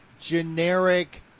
generic